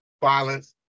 Violence